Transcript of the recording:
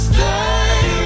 Stay